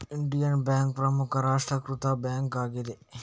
Indian bank ಪ್ರಮುಖ ರಾಷ್ಟ್ರೀಕೃತ bank ಆಗಿದೆ